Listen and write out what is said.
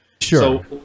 Sure